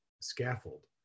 scaffold